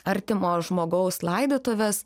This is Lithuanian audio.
artimo žmogaus laidotuves